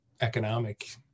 economic